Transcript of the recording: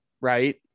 right